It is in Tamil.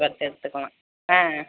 எடுத்துக்கலாம் ஆ